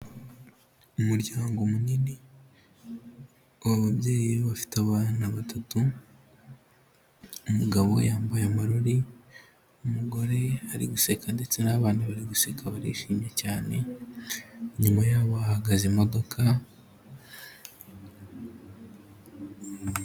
Umuryango munini, ababyeyi be bafite abana batatu, umugabo yambaye amarori, umugore ari guseka ndetse n'abana bari guseka barishimye cyane, nyuma yaho ahahagaze imodoka.